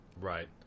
Right